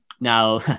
Now